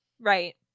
Right